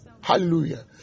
Hallelujah